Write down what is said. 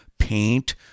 paint